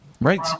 right